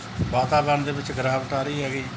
ਵਾਤਾਵਰਨ ਦੇ ਵਿੱਚ ਗਿਰਾਵਟ ਆ ਰਹੀ ਹੈਗੀ